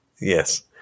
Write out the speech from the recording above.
Yes